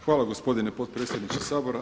Hvala gospodine potpredsjedniče Sabora.